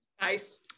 Nice